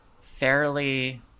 fairly